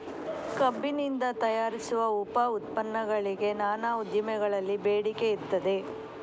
ಕಬ್ಬಿನಿಂದ ತಯಾರಿಸುವ ಉಪ ಉತ್ಪನ್ನಗಳಿಗೆ ನಾನಾ ಉದ್ದಿಮೆಗಳಲ್ಲಿ ಬೇಡಿಕೆ ಇರ್ತದೆ